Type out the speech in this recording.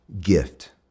gift